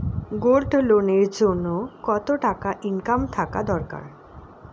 Gold loan এর জইন্যে কতো টাকা ইনকাম থাকা দরকার?